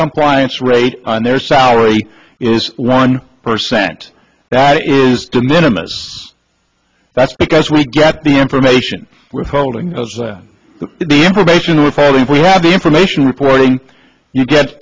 compliance rate on their salary is one per cent that is the minimum that's because we get the information withholding the information we're filing we have the information reporting you get